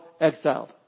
exiled